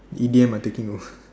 E_D_M are taking over